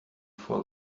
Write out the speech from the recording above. for